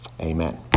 amen